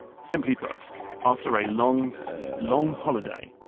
simply put after a long long holiday,